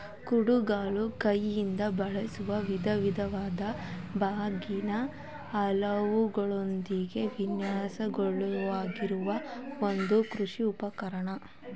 ಕುಡುಗೋಲು ಕೈಯಿಂದ ಬಳಸಲು ವಿಧವಿಧವಾದ ಬಾಗಿದ ಅಲಗುಗಳೊಂದಿಗೆ ವಿನ್ಯಾಸಗೊಳಿಸಲಾಗಿರುವ ಒಂದು ಕೃಷಿ ಉಪಕರಣ